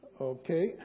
Okay